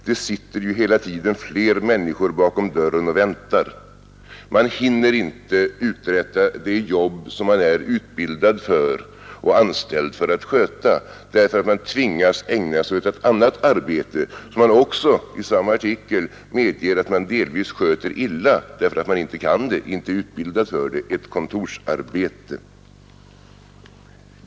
Det sitter ju hela tiden fler människor bakom dörren och väntar. Man hinner inte uträtta det jobb som man är utbildad för och anställd för att sköta, eftersom man tvingas ägna sig åt ett annat arbete som man, också i samma artikel, medger att man delvis sköter illa därför att man inte kan det och inte är utbildad för det — ett kontorsarbete.